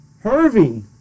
Hervey